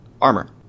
armor